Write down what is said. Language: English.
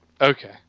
Okay